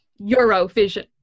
Eurovision